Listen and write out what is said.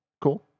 cool